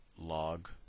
log